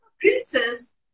princess